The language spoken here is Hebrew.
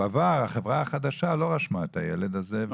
עבר החברה החדשה לא רשמה את הילד הזה,